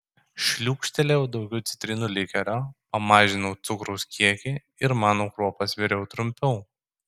šliūkštelėjau daugiau citrinų likerio pamažinau cukraus kiekį ir manų kruopas viriau trumpiau